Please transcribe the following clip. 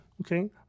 okay